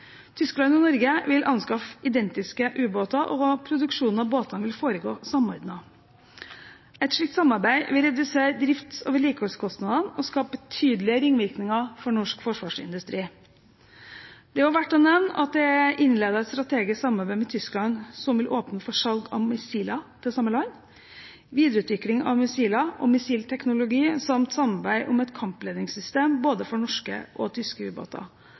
Tyskland og Norge vil anskaffe identiske ubåter, og produksjonen av båter vil foregå samordnet. Et slikt samarbeid vil redusere drifts- og vedlikeholdskostnadene og skape betydelige ringvirkninger for norsk forsvarsindustri. Det er også verdt å nevne at det er innledet et strategisk samarbeid med Tyskland, som vil åpne for salg av missiler til samme land, videreutvikling av missiler og missilteknologi samt samarbeid om et kampledningssystem for både norske og tyske ubåter.